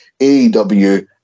AEW